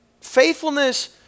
Faithfulness